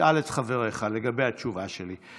תשאל את חבריך לגבי התשובה שלי.